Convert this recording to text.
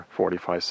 45